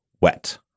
wet